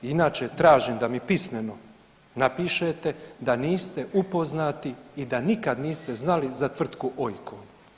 Inače tražim da mi pismeno napišete da niste upoznati i da nikad niste znali za tvrtku Oikon.